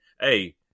Hey